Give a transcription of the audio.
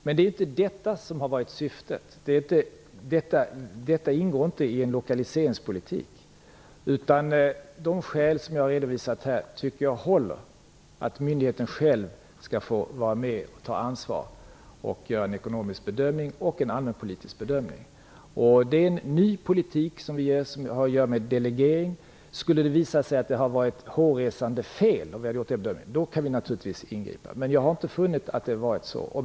Men detta har inte varit syftet. Detta ingår inte i en lokaliseringspolitik. Jag tycker att de skäl jag har redovisat här håller, att myndigheten själv skall få vara med och ta ansvar och göra en ekonomisk och allmänpolitisk bedömning. Det är en ny politik, som har att göra med delegering. Skulle det visa sig att det har begåtts hårresande fel kan vi naturligtvis ingripa. Jag har inte funnit att det har varit så.